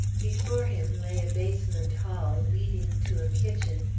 before him lay a basement hall leading to a kitchen,